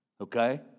Okay